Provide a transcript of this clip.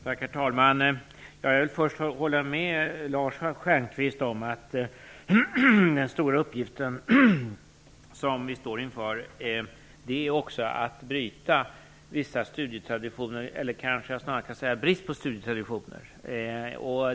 Herr talman! Jag vill först hålla med Lars Stjernkvist om att den stora uppgift vi står inför är att bryta vissa studietraditioner, eller snarare brist på studietraditioner.